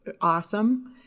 awesome